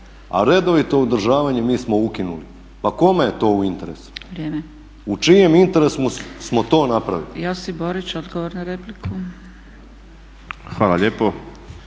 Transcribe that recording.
A redovito održavanje mi smo ukinuli. Pa kome je to u interesu? U čijem interesu smo to napravili? **Zgrebec, Dragica (SDP)** Vrijeme.